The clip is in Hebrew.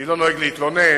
אני לא נוהג להתלונן,